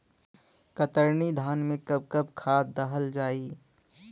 कतरनी धान में कब कब खाद दहल जाई?